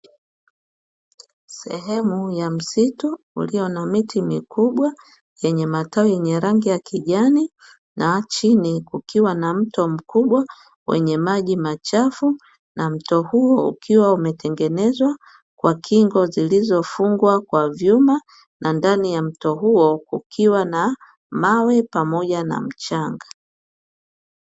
Sehemu ya msitu ulio na miti mikubwa, yenye matawi yenye rangi ya kijani na chini kukiwa na mto mkubwa wenye maji machafu, na mto huo ukiwa umetengenezwa kwa kingo zilizofungwa kwa vyuma, na ndani ya mto huo kukiwa na mawe pamoja na mchanga.